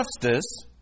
justice